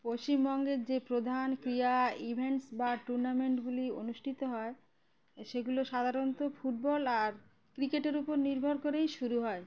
পশ্চিমবঙ্গের যে প্রধান ক্রীড়া ইভেন্টস বা টুর্নামেন্টগুলি অনুষ্ঠিত হয় সেগুলো সাধারণত ফুটবল আর ক্রিকেটের উপর নির্ভর করেই শুরু হয়